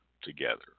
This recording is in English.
together